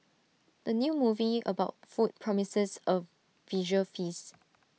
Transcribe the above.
the new movie about food promises A visual feast